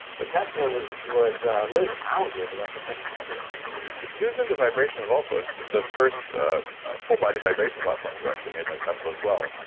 but tesla was was ah really the founder of electromagnetic fields he was into vibration of all sorts. the first whole body vibration platforms were actually made by tesla as well.